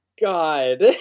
God